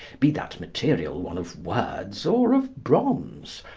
be that material one of words or of bronze,